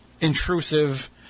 intrusive